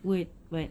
word but